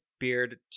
beard